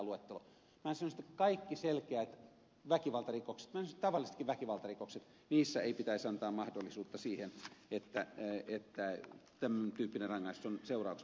minä sanoisin että missään selkeissä väkivaltarikoksissa tämmöisissä tavallisissakaan väkivaltarikoksissa ei pitäisi antaa mahdollisuutta siihen että tämän tyyppinen rangaistus on seurauksena